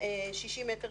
60 מ"ר